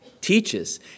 teaches